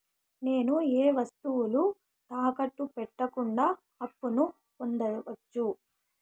నేను ఏ వస్తువులు తాకట్టు పెట్టకుండా అప్పును పొందవచ్చా?